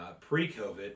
pre-COVID